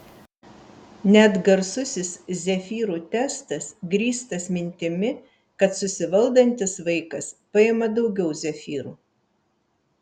net garsusis zefyrų testas grįstas mintimi kad susivaldantis vaikas paima daugiau zefyrų